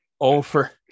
Over